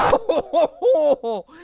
oh,